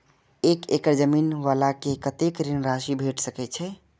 एक एकड़ जमीन वाला के कतेक ऋण राशि भेट सकै छै?